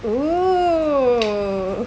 oh